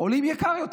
עולים יותר.